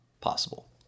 possible